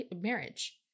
marriage